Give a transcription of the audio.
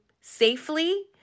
safely